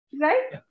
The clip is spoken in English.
right